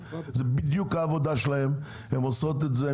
זה בדיוק העבודה שלהם הם עושים את זה,